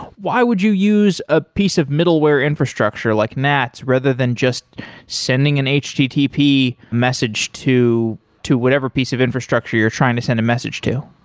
why would you use a piece of middleware infrastructure like nats, rather than just sending an http message to to whatever piece of infrastructure you're trying to send a message to?